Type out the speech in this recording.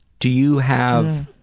do you have,